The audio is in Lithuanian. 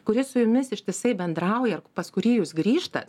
kuris su jumis ištisai bendrauja ir pas kurį jūs grįžtat